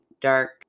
Dark